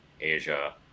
Asia